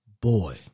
boy